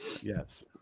Yes